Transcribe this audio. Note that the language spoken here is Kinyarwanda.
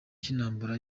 cy’intambara